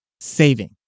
saving